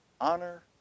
Honor